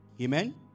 Amen